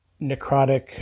necrotic